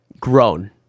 grown